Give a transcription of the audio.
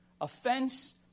Offense